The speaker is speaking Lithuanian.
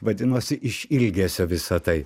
vadinosi iš ilgesio visa tai